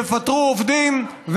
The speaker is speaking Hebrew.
יפטרו עובדים,